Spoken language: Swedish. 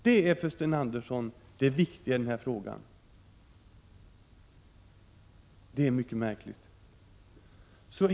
Det är för Sten Andersson det viktiga i den här frågan, och det är mycket märkligt.